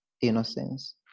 innocence